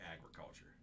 agriculture